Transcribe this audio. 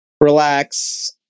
Relax